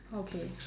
okay